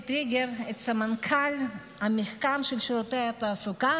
טריגר את סמנכ"ל המחקר של שירותי התעסוקה,